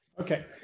Okay